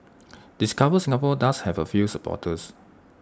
discover Singapore does have A few supporters